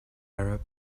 arab